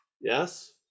Yes